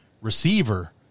receiver